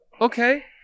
Okay